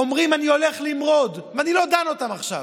אומרים: אני הולך למרוד, ואני לא דן אותם עכשיו,